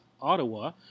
ottawa